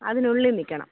അതിനുള്ളിൽ നിൽക്കണം